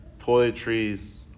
toiletries